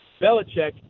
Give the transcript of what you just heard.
Belichick